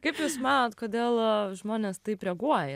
kaip jūs manot kodėl žmonės taip reaguoja